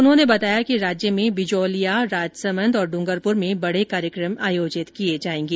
उन्होंने बताया कि राज्य में बिजोलिया राजसमंद और डूंगरपुर में बड़े कार्यक्रम आयोजित किये जाएंगे